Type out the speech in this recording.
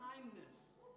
kindness